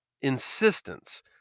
insistence